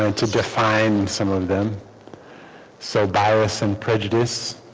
and to define some of them so bias and prejudice